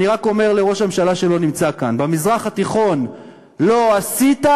אני רק אומר לראש הממשלה שלא נמצא כאן: במזרח התיכון לא עשית,